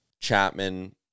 Chapman